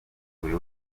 buri